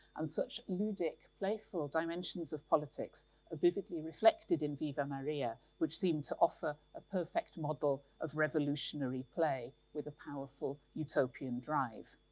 and such ludic, playful dimensions of politics are ah vividly reflected in viva maria, which seemed to offer a perfect model of revolutionary play with a powerful utopian drive.